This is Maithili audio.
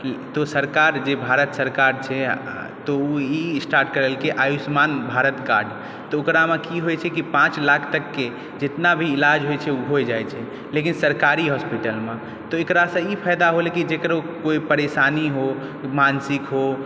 तऽ सरकार जे भारत सरकार छै तऽ ओ ई स्टार्ट करेलकै आयुषमान भारत कार्ड तऽ ओकरा मे की होइ छै की पाँच लाख तक के जितना भी इलाज होइ छै ओ होइ जाइ छै लेकिन सरकारी हॉस्पिटल मे तऽ एकरा सॅं ई फ़ायदा होले की जेकरो कोई परेशानी हो मानसिक हो